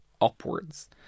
upwards